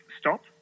stop